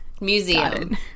Museum